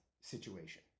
situation